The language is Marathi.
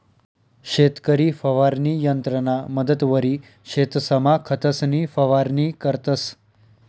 शेतकरी फवारणी यंत्रना मदतवरी शेतसमा खतंसनी फवारणी करतंस